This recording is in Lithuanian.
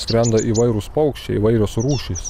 skrenda įvairūs paukščiai įvairios rūšys